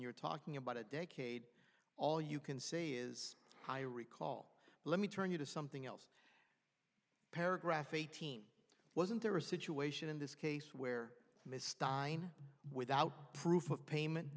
you're talking about a decade all you can say is i recall let me turn you to something else paragraph eighteen wasn't there a situation in this case where ms stein without proof of payment